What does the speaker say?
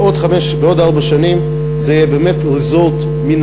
ובעוד ארבע שנים זה יהיה באמת ריזורט מן